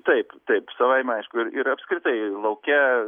taip taip savaime aišku ir ir apskritai lauke